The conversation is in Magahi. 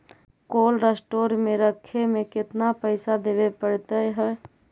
कोल्ड स्टोर में रखे में केतना पैसा देवे पड़तै है?